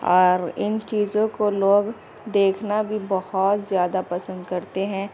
اور ان چیزوں کو لوگ دیکھنا بھی بہت زیاہ پسند کرتے ہیں